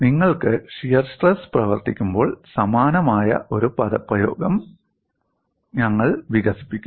നിങ്ങൾക്ക് shear stress പ്രവർത്തിക്കുമ്പോൾ സമാനമായ ഒരു പദപ്രയോഗം ഞങ്ങൾ വികസിപ്പിക്കും